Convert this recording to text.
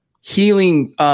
healing